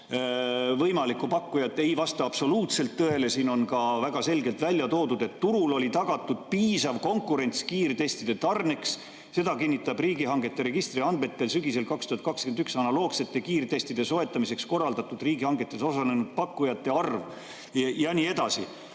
võimalikku pakkujat – see ei vasta absoluutselt tõele. Siin on ka väga selgelt välja toodud, et turul oli tagatud piisav konkurents kiirtestide tarneks. Seda kinnitab riigihangete registri andmetel sügisel 2021 analoogsete kiirtestide soetamiseks korraldatud riigihangetes osalenud pakkujate arv ja nii edasi.